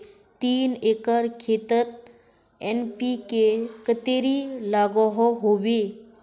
तीन एकर खेतोत एन.पी.के कतेरी लागोहो होबे?